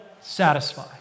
satisfy